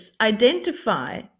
identify